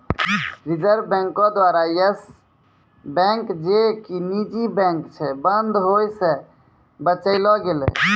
reserve बैंको द्वारा yes bank जे कि निजी बैंक छै, बंद होय से बचैलो गेलै